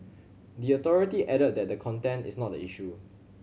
the authority added that the content is not the issue